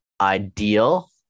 ideal